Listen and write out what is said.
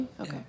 Okay